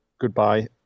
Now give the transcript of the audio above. goodbye